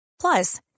Plus